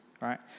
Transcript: right